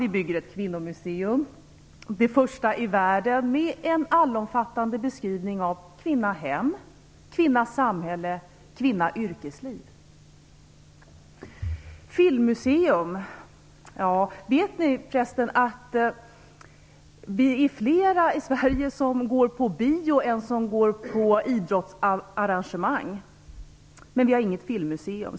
Vi bygger ett kvinnomuseum - det första i världen med en allomfattande beskrivning av kvinna-hem, kvinna-samhälle och kvinna-yrkesliv. Vad sägs om ett filmmuseum? Vet ni att det är flera i Sverige som går på bio än som går på idrottsarrangemang? Men vi har inget filmmuseum.